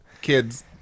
Kids